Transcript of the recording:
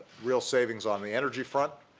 real savings on the energy front,